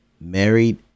married